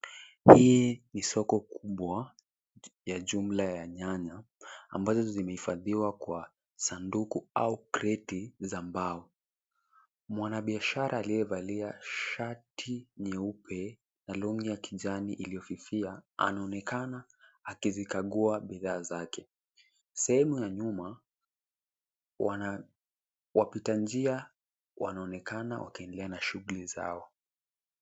Hii ni soko kubwa, ya jumla ya nyanya, ambazo zimehifadhiwa kwa sanduku au kreti za mbao. Mwanabiashara aliyevalia shati nyeupe, na longi ya kijani iliyofifia, anaonekana akivikagua bidhaa zake. Sehemu ya nyuma, wana wapitanjia, wanaonekana wakiendelea na shughuli zao.